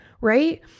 right